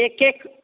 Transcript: एकखेप